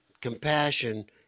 compassion